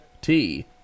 T-